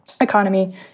economy